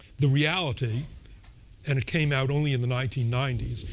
the reality and it came out only in the nineteen ninety s,